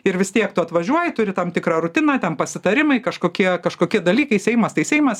ir vis tiek tu atvažiuoji turi tam tikrą rutiną ten pasitarimai kažkokie kažkokie dalykai seimas tai seimas